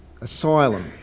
asylum